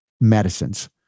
medicines